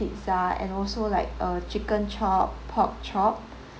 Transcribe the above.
pizza and also like uh chicken chop pork chop